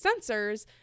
sensors